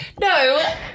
No